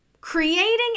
creating